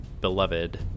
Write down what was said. beloved